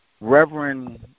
Reverend